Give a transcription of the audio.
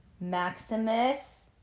maximus